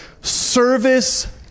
service